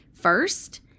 first